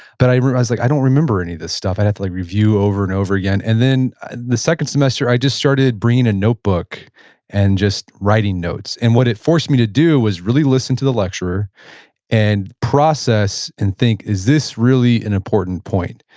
but i was like, i don't remember any of this stuff. i'd have to like review over and over again. and then the second semester, i just started bringing a notebook and just started writing notes. and what it forced me to do was really listen to the lecturer and process and thing, is this really an important point?